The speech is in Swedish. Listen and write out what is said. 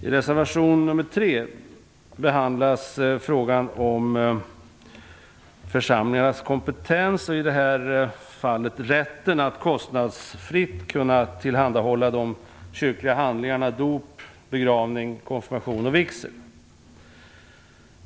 I reservation nr 3 behandlas frågan om församlingarnas kompetens. I det här fallet handlar det om rätten att kostnadsfritt tillhandahålla de kyrkliga handlingarna dop, begravning, konfirmation och vigsel.